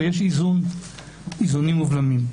אלא יש איזונים ובלמים.